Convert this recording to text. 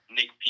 Nick